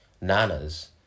Nanas